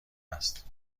است